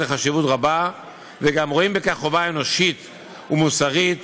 חשיבות רבה וגם רואים בכך חובה אנושית ומוסרית